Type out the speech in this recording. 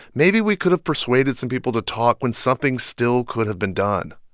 maybe we could have persuaded some people to talk when something still could have been done.